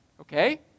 okay